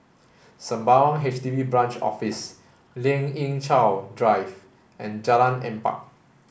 Sembawang H D B Branch Office Lien Ying Chow Drive and Jalan Empat